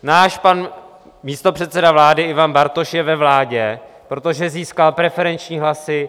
Náš pan místopředseda vlády Ivan Bartoš je ve vládě, protože získal preferenční hlasy.